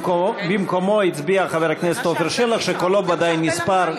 במקומו הצביע חבר הכנסת עפר שלח שקולו ודאי נספר,